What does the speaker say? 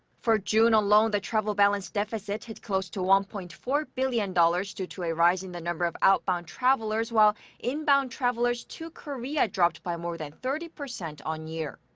for june alone, the travel balance deficit hit close to one point four billion dollars due to a rise in the number of outbound travelers, while inbound travelers to korea dropped by more than thirty percent on-year.